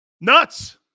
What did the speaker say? Nuts